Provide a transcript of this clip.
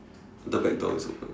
the back door is open